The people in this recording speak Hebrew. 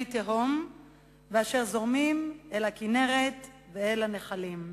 תהום וזורמים אל הכינרת ואל הנחלים.